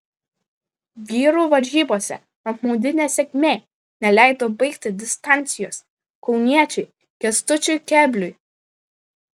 vyrų varžybose apmaudi nesėkmė neleido baigti distancijos kauniečiui kęstučiui kebliui